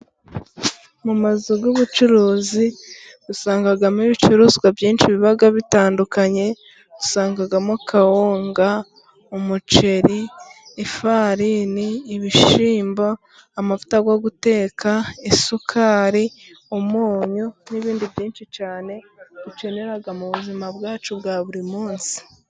Mu mazu y'ubucuruzi usangamo ibicuruzwa byinshi biba bitandukanye. Usangamo kawunga, umuceri, ifarini, ibishyimbo, amavuta yo guteka, isukari umunyu n'ibindi byinshi cyane dukenera mu buzima bwacu bwa buri munsi.